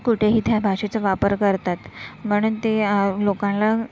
कुठेही त्या भाषेचं वापर करतात म्हणून ते लोकांना